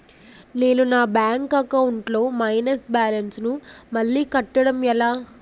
నేను నా bank account లొ మైనస్ బాలన్స్ ను మళ్ళీ కట్టడం ఎలా?